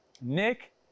Nick